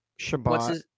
Shabbat